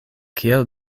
kiel